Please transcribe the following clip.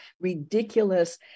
ridiculous